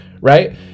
right